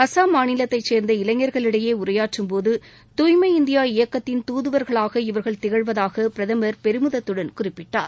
அஸ்ஸாம் மாநிலத்தைச் சேர்ந்த இளைஞர்களிடையே உரையாற்றும் போது தூய்மை இந்தியா இயக்கத்தின் தூதுவர்களாக இவர்கள் திகழ்வதாக பிரதமர் பெருமிதத்துடன் குறிப்பிட்டார்